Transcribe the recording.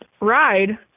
ride